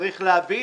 צריך להבין,